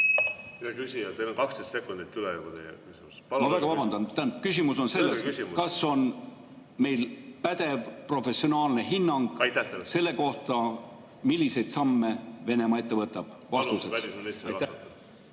küsimus on selles, kas on meil pädev professionaalne hinnang selle kohta, milliseid samme Venemaa ette võtab? Palun